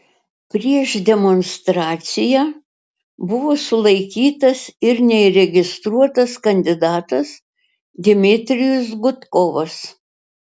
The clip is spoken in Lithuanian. prieš demonstraciją buvo sulaikytas ir neįregistruotas kandidatas dmitrijus gudkovas